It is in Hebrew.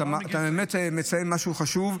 אתה באמת מציין משהו חשוב.